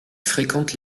fréquente